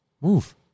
Move